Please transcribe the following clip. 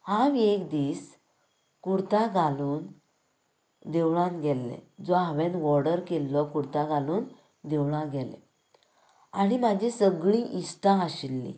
हांव एक दीस कुर्ता घालून देवळांत गेल्लें जो हांवेन ऑर्डर केल्लो कुर्ता घालून देवळांत गेलें आनी म्हाजीं सगलीं इश्टां आसलीं